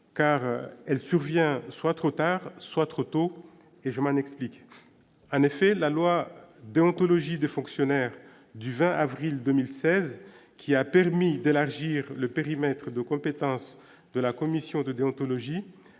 car elle survient soit trop tard, soit trop tôt et je m'en explique en effet la loi déontologie des fonctionnaires du 20 avril 2016 qui a permis d'élargir le périmètre de compétence de la commission de déontologie